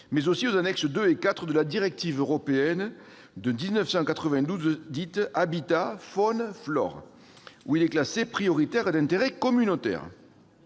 mais aussi aux annexes II et IV de la directive européenne de 1992 dite « Habitats-faune-flore », où il est classé « prioritaire d'intérêt communautaire